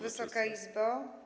Wysoka Izbo!